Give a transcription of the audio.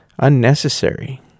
unnecessary